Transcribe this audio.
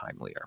timelier